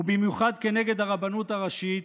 ובמיוחד כנגד הרבנות הראשית,